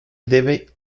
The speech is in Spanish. debe